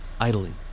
idling